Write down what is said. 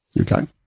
Okay